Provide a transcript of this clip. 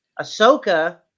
Ahsoka